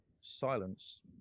silence